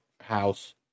house